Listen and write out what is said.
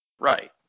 Right